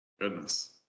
Goodness